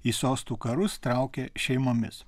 į sostų karus traukia šeimomis